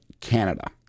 Canada